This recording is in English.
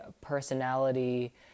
personality